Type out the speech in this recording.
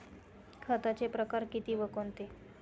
खताचे प्रकार किती व कोणते?